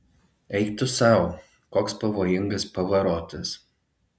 eik tu sau koks pavojingas pavarotas